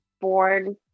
born